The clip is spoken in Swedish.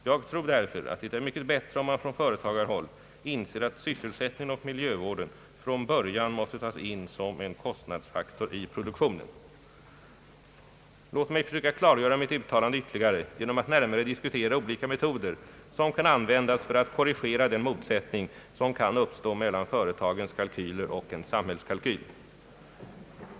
Jag tror därför att det är mycket bättre om man från företagarhåll inser att sysselsättningen och miljövården från början måste tas in som en kostnadsfaktor i produktionen.» Låt mig försöka klargöra mitt uttalande ytterligare genom att närmare diskutera olika metoder som kan användas för att korrigera den motsättning som kan uppstå mellan företagens kalkyler och en samhällskalkyl.